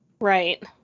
Right